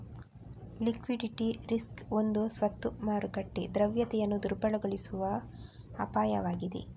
liquidity risk ಒಂದು ಸ್ವತ್ತು ಮಾರುಕಟ್ಟೆ ದ್ರವ್ಯತೆಯನ್ನು ದುರ್ಬಲಗೊಳಿಸುವ ಅಪಾಯವಾಗಿದೆ